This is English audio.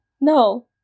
No